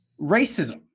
Racism